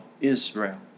Israel